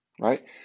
right